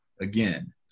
again